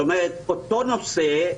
זאת אומרת, באותו נושא.